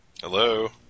Hello